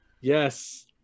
yes